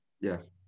Yes